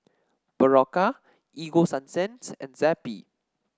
Berocca Ego Sunsense and Zappy